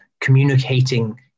communicating